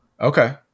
Okay